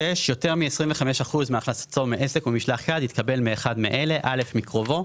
יותר מ-25% מהכנסתו מעסק או ממשלח יד התקבלו מאחד מאלה: מקרובו,